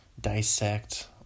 dissect